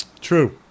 True